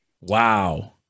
wow